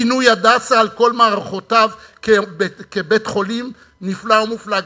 את שינוי "הדסה" על כל מערכותיו כבית-חולים נפלא ומופלא?